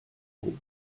hoch